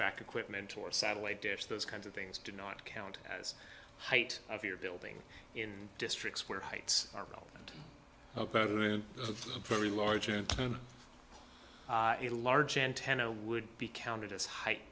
track equipment or satellite dish those kinds of things do not count as height of your building in districts where heights are relevant very large and a large antenna would be counted as height